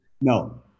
no